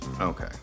Okay